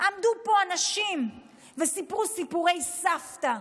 עמדו פה אנשים וסיפרו סיפורי סבתא.